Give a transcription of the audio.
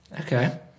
Okay